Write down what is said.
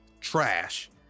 trash